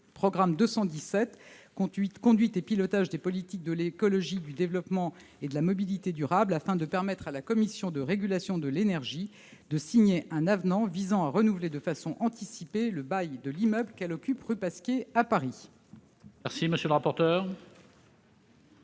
programme 217 « Conduite et pilotage des politiques de l'écologie, du développement et de la mobilité durables », afin de permettre à la Commission de régulation de l'énergie de signer un avenant visant à renouveler de façon anticipée le bail de l'immeuble qu'elle occupe rue Pasquier, à Paris. Quel est l'avis de